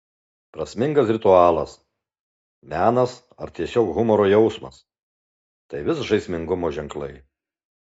prasmingas ritualas menas ar tiesiog humoro jausmas tai vis žaismingumo ženklai